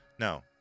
No